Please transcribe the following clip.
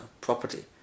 property